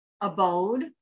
abode